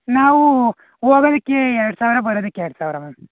ನಾವು ಹೋಗೋದಕ್ಕೆ ಎರಡು ಸಾವಿರ ಬರೋದಕ್ಕೆ ಎರಡು ಸಾವಿರ ಮ್ಯಾಮ್